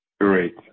Great